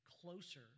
closer